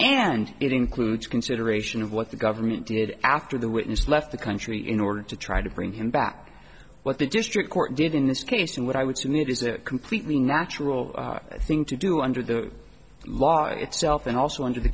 and it includes consideration of what the government did after the witness left the country in order to try to bring him back what the district court did in this case and what i would soon it is a completely natural thing to do under the law itself and also under the